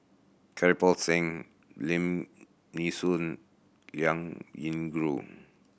Kirpal Singh Lim Nee Soon Liao Yingru